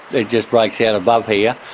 it just breaks out above here,